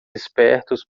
espertos